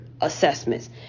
assessments